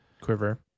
Quiver